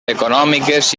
econòmiques